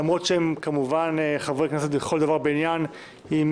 למרות שהם כמובן חברי כנסת לכל דבר ועניין עם